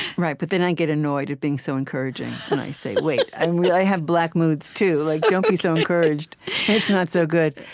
right, but then i get annoyed at being so encouraging, and i say, wait. and i have black moods too. like don't be so encouraged. it's not so good.